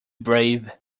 brave